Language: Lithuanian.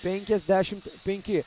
penkiasdešim penki